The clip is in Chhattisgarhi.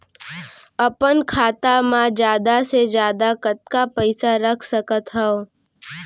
अपन खाता मा जादा से जादा कतका पइसा रख सकत हव?